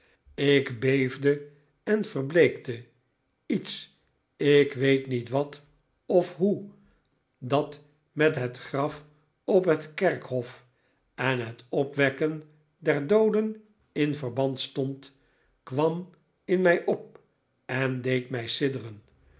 ik beefde en verbleekte lets ik weet niet wat of hoe dat met het graf op het kerkhof en het opwekken der dooden in verband stond kwam in mij op en deed mij sidderen